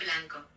Blanco